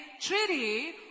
treaty